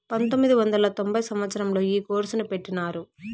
పంతొమ్మిది వందల తొంభై సంవచ్చరంలో ఈ కోర్సును పెట్టినారు